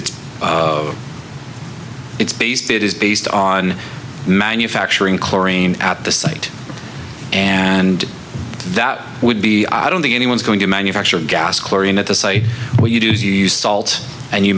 it's it's based it is based on manufacturing chlorine at the site and that would be i don't think anyone's going to manufacture gas chlorine at the site what you do is you use salts and you